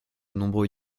nombreux